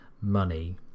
money